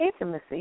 intimacy